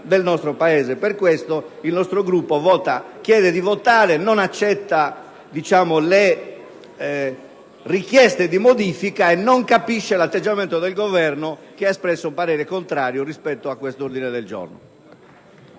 Per queste ragioni, il nostro Gruppo chiede di votare, non accetta le richieste di modifica e non capisce l'atteggiamento del Governo, che ha espresso parere contrario sull'ordine del giorno